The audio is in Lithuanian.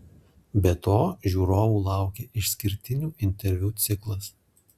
be to žiūrovų laukia išskirtinių interviu ciklas